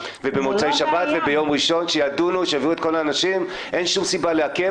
לבין האיזון הנדרש מול החופש שהמשטרה מקבלת,